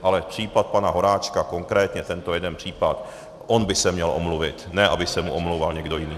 Ale případ pana Horáčka, konkrétně tento jeden případ on by se měl omluvit, ne aby se mu omlouval někdo jiný.